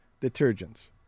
detergents